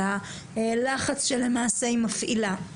והלחץ שלמעשה היא מפעילה.